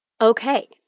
Okay